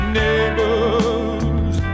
neighbors